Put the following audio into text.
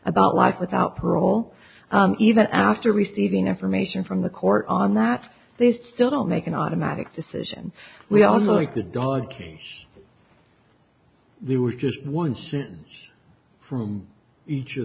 about life without parole even after receiving information from the court on that they still don't make an automatic decision we also like the dog we were just one student from each of